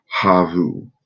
Havu